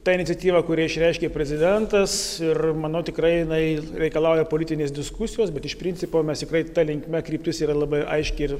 ta iniciatyva kurią išreiškė prezidentas ir manau tikrai jinai reikalauja politinės diskusijos bet iš principo mes tikrai ta linkme kryptis yra labai aiški ir